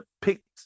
picked